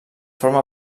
forma